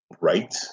right